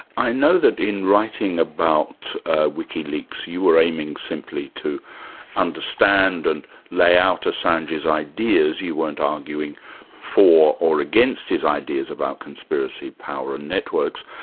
i know that in writing about wikileaks, you were aiming simply to understand and lay out assange's ideas, you weren't arguing for or against his ideas about conspiracy, power and networks,